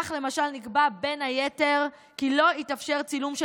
כך למשל נקבע בין היתר כי לא יתאפשר צילום של